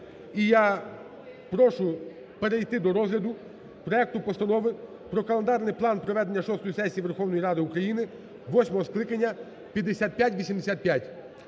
І я прошу перейти до розгляду проекту Постанови про календарний план проведення шостої сесії Верховної Ради України восьмого скликання (5585).